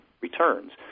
returns